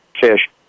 fish